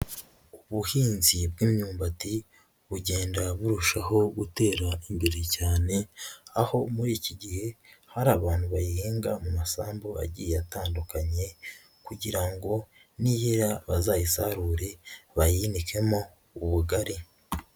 Ubuhinzi bw'imyumbati bugenda burushaho gutera imbere cyane, aho muri iki gihe hari abantu bayihinga mu masambu agiye atandukanye kugira ngo niyera bazayisarure bayinikemo ubugari.